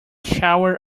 shower